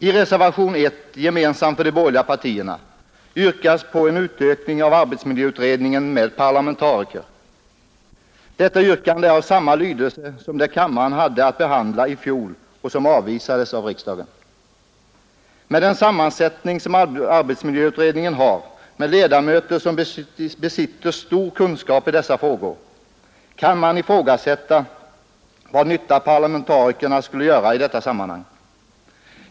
I reservationen 1, gemensam för de borgerliga partierna, yrkas på en utökning av arbetsmiljöutredningen med parlamentariker. Detta yrkande är av samma lydelse som det kammaren hade att behandla i fjol och som då avvisades av riksdagen. Med den sammansättning som arbetsmiljöutredningen har — med ledamöter som besitter stor kunskap i dessa frågor — kan man ifrågasätta vad nytta parlamentarikerna skulle göra i detta sammanhang.